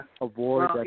avoid